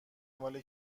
مال